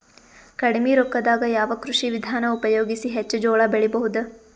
ಕಡಿಮಿ ರೊಕ್ಕದಾಗ ಯಾವ ಕೃಷಿ ವಿಧಾನ ಉಪಯೋಗಿಸಿ ಹೆಚ್ಚ ಜೋಳ ಬೆಳಿ ಬಹುದ?